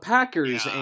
Packers